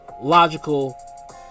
logical